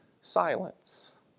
silence